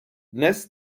dnes